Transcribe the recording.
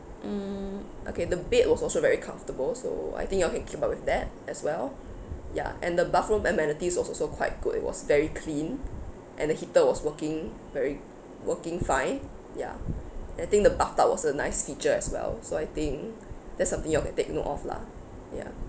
mm okay the bed was also very comfortable so I think you all can keep up with that as well ya and the bathroom amenities was also quite good it was very clean and the heater was working very working fine ya and I think the bath tub was a nice feature as well so I think that's something you all can take note of lah ya